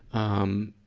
um,